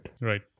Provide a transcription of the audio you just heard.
Right